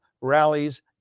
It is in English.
rallies